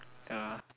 ya